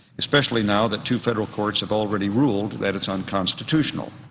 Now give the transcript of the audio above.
especially now that two federal courts have already ruled that it's unconstitutional.